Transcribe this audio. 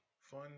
fun